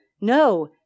No